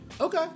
Okay